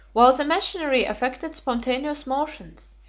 while the machinery affected spontaneous motions,